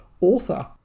author